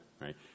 right